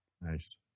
Nice